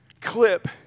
clip